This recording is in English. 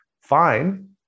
fine